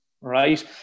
right